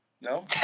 No